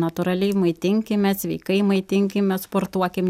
natūraliai maitinkimės sveikai maitinkimės sportuokim